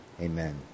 Amen